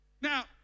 Now